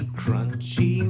crunchy